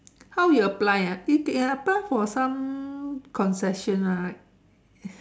how you apply ah you can apply for some concession [one] right